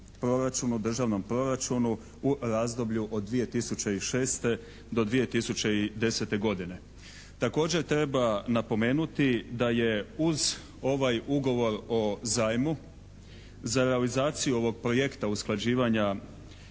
državnom proračunu u razdoblju od 2006. do 2010. godine. Također treba napomenuti da je uz ovaj Ugovor o zajmu za realizaciju ovog projekta usklađivanja